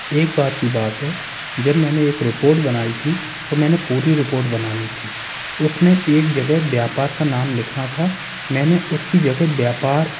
एक बार की बात है जब मैंने एक रिपोर्ट बनाई थी तो मैंने पूरी रिपोर्ट बना ली थी उस में एक जगह व्यापार का नाम लिखना था मैंने उसकी जगह व्यापार